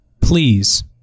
please